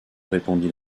répondit